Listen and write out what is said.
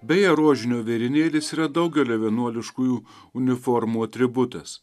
beje rožinio vėrinėlis yra daugelio vienuoliškųjų uniformų atributas